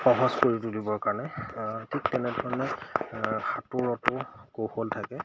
সহজ কৰি তুলিবৰ কাৰণে ঠিক তেনেধৰণে সাঁতোৰতো কৌশল থাকে